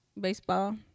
baseball